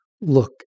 look